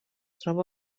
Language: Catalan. troba